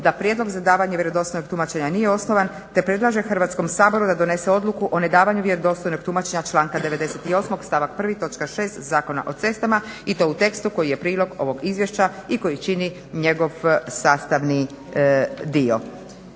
da prijedlog za davanje vjerodostojnog tumačenja nije osnovan te predlaže Hrvatskom saboru da donese Odluku o nedavanju vjerodostojnog tumačenja članka 98. stavak 1. točke 6. Zakona o cestama i to u tekstu koji je prilog ovog izvješća i koji čini njegov sastavni dio.